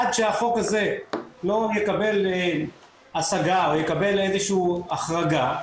עד שהחוק הזה לא יקבל השגה או יקבל איזו שהיא החרגה,